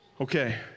Okay